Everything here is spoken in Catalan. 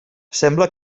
sembla